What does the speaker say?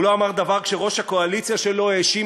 הוא לא אמר דבר כשראש הקואליציה שלו האשים